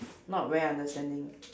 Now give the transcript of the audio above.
not very understanding